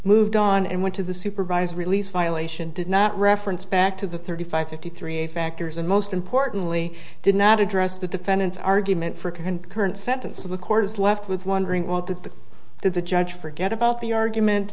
moved on and went to the supervised release violation did not reference back to the thirty five fifty three factors and most importantly did not address the defendant's argument for concurrent sentence of the court is left with wondering well did the did the judge forget about the argument